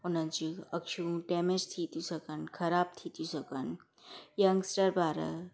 उन जी अखियूं डेमेज थी थियूं सघनि ख़राबु थी थियूं सघनि यंग्सटर ॿार